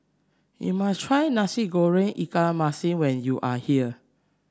you must try Nasi Goreng Ikan Masin when you are here